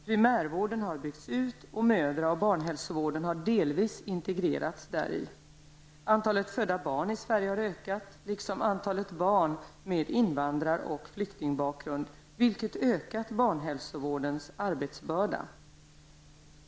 Primärvården har byggts ut och mödra och barnhälsovården har delvis integrerats däri. Antalet födda barn i Sverige har ökat liksom antalet barn med invandrar och flyktingbakgrund, vilket ökat barnhälsovårdens arbetsbörda.